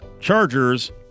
Chargers